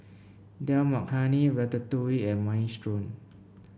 Dal Makhani Ratatouille and Minestrone